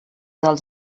dels